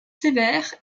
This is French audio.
sévères